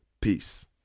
Peace